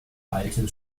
alte